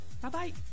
Bye-bye